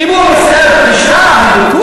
כי אם הוא היה עושה פגישה אני בטוח